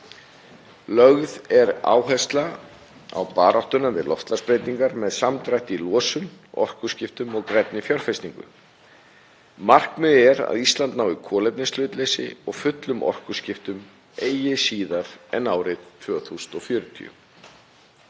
Lögð er áhersla á baráttuna við loftslagsbreytingar með samdrætti í losun, orkuskiptum og grænni fjárfestingu. Markmiðið er að Ísland nái kolefnishlutleysi og fullum orkuskiptum eigi síðar en árið 2040